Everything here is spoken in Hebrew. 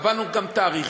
קבענו גם תאריכים,